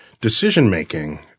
decision-making